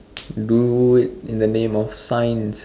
do in the name of science